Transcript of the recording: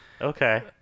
Okay